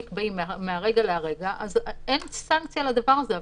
אבל אם הנהלים האלה לא נקבעים מהרגע להרגע אין סנקציה לדבר הזה.